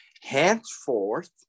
henceforth